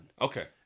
okay